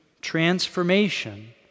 transformation